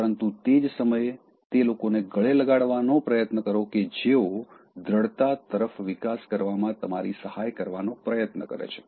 પરંતુ તે જ સમયે તે લોકોને ગળે લગાડવાનો પ્રયત્ન કરો કે જેઓ દ્દઢતા તરફ વિકાસ કરવામાં તમારી સહાય કરવાનો પ્રયત્ન કરે છે